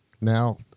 now